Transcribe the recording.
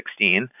2016